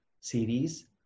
series